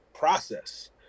process